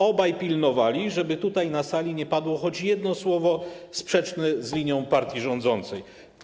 Obaj pilnowali, żeby tutaj, na sali, nie padło choć jedno słowo sprzeczne z linią partii rządzącej.